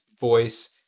voice